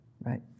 right